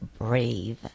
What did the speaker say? brave